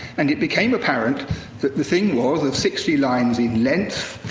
and it became apparent that the thing was of sixty lines in length,